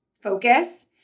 focus